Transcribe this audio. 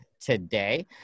today